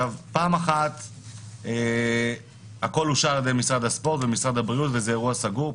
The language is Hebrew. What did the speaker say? פעם את הכול אושר על ידי משרד הספורט ומשרד הבריאות וזה אירוע סגור,